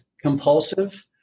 compulsive